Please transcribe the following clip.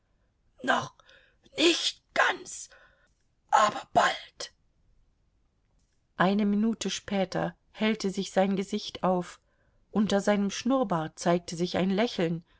noch nicht ganz aber bald eine minute später hellte sich sein gesicht auf unter seinem schnurrbart zeigte sich ein lächeln